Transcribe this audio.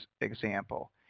example